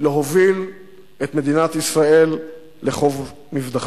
ולהוביל את מדינת ישראל לחוף מבטחים.